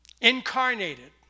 Incarnated